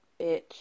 bitch